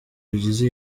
rugize